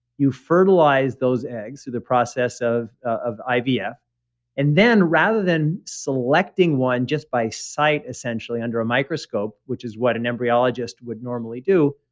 you fertilize those eggs through the process of of ivf. yeah and then rather than selecting one just by sight, essentially under a microscope, which is what an embryologist would normally do,